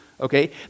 okay